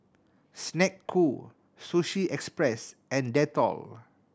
Snek Ku Sushi Express and Dettol